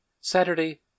Saturday